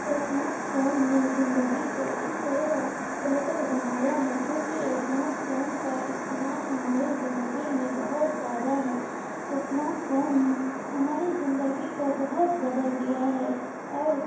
smart phone نے زندگی کو اس طرح بہتر بنایا ہے کیونکہ اسمارٹ فون کا استعمال ہماری زندگی میں بہت زیادہ ہے اسمارٹ فون ہماری زندگی کو بہت بدل دیا ہے اور